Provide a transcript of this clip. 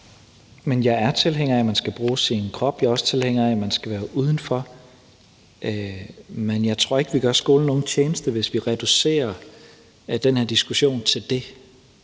Men jeg er tilhænger af, at man skal bruge sin krop. Jeg er også tilhænger af, at man skal være udenfor. Men jeg tror ikke, vi gør skolen nogen tjeneste, hvis vi reducerer den her diskussion til det.